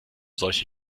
solche